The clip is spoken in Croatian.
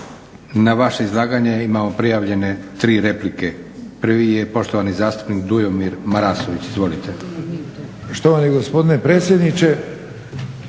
Na vaše izlaganje imamo prijavljene 3 replike. Prvi je poštovani zastupnik Dujomir Marasović. Izvolite. **Marasović, Dujomir